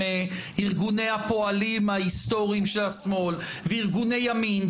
ארגוני הפועלים ההיסטוריים של השמאל וארגוני ימין,